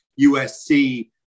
usc